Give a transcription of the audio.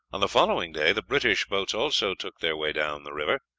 on the following day, the british boats also took their way down the river,